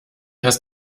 hast